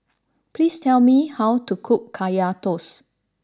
please tell me how to cook Kaya Toast